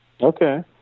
Okay